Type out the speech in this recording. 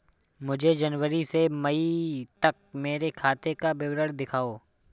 मुझे जनवरी से मई तक मेरे खाते का विवरण दिखाओ?